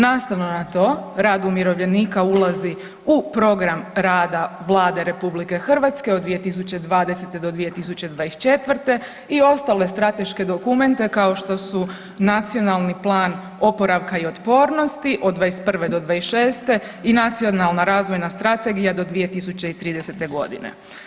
Nastavno na to rad umirovljenika ulazi u program rada Vlade RH od 2020. do 2024. i ostale strateške dokumente kao što su Nacionalni plan oporavka i otpornosti od '21. do '26. i Nacionalna razvojna strategija do 2030. godine.